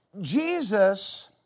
Jesus